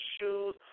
shoes